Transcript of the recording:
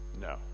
No